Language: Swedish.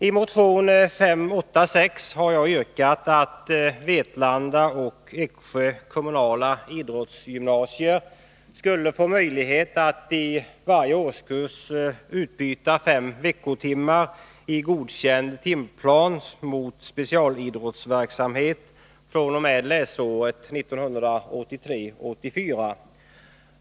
I motion 586 har jag yrkat att Vetlanda och Eksjö kommunala idrottsgymnasier skall få möjlighet att i varje årskurs utbyta fem veckotimmari godkänd timplan mot specialidrottsverkamhet fr.o.m. läsåret 1983/84.